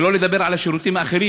שלא לדבר על השירותים האחרים.